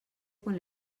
quan